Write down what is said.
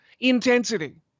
intensity